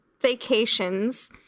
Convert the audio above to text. vacations